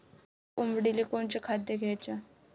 कोंबडीले कोनच खाद्य द्याच?